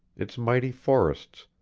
its mighty forests,